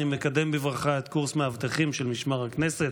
אני מקדם בברכה את קורס המאבטחים של משמר הכנסת,